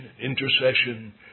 intercession